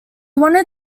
wanted